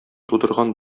тудырган